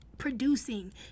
Producing